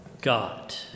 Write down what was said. God